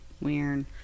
Weird